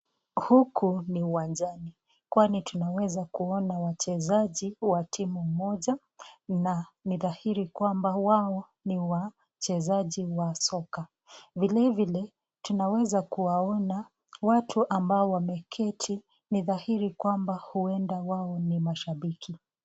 Huku ni uwanjani kwani tunaweza kuona wachezaji wa timu moja na ni dhairi kwamba wao ni wachezaji wa soka. Vile vile tunaweza kuwaona watu ambao wameketi ni dhahiri kwamba uenda wao ni mashabiki.